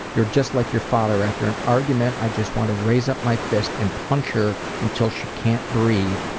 you're just like your father after an argument, i just want to raise up my fist and punch her until she can't breathe,